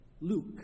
Luke